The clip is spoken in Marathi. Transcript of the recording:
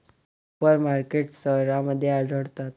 सुपर मार्केटस शहरांमध्ये आढळतात